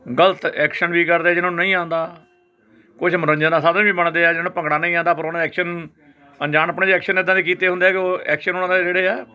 ਗਲਤ ਐਕਸ਼ਨ ਵੀ ਕਰਦੇ ਜਿਹਨਾਂ ਨੂੰ ਨਹੀਂ ਆਉਂਦਾ ਕੁਛ ਮੰਨੋਰੰਜਨ ਦਾ ਸਾਧਨ ਵੀ ਬਣਦੇ ਆ ਜਿਹਨਾਂ ਨੂੰ ਭੰਗੜਾ ਨਹੀਂ ਆਉਂਦਾ ਪਰ ਉਹਨਾਂ ਦਾ ਐਕਸ਼ਨ ਅਣਜਾਣਪੁਣੇ ਜਿਹੇ ਐਕਸ਼ਨ ਇਦਾਂ ਦੇ ਕੀਤੇ ਹੁੰਦੇ ਹੈ ਕਿ ਉਹ ਐਕਸ਼ਨ ਉਹਨਾਂ ਦੇ ਜਿਹੜੇ ਹੈ